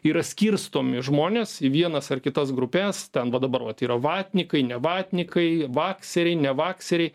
yra skirstomi žmonės į vienas ar kitas grupes ten va dabar vat yra vatnikai ne vatnikai vakseriai ne vakseriai